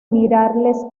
mirarles